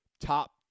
top